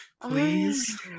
Please